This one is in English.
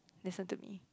listen to me